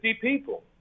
people